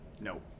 no